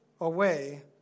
away